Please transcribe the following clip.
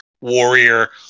warrior